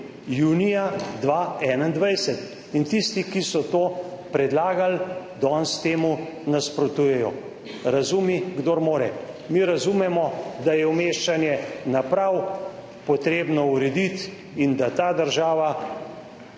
junija 2021. Tisti, ki so to predlagali, danes temu nasprotujejo. Razumi, kdor more. Mi razumemo, da je umeščanje naprav potrebno urediti in da ta država